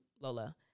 Lola